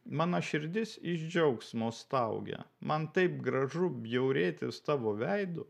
mano širdis iš džiaugsmo staugia man taip gražu bjaurėtis tavo veidu